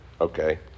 Okay